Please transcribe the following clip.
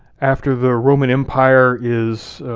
after the roman empire is,